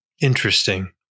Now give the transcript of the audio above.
Interesting